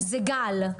זה גל.